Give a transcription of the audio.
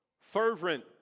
fervent